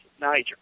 niger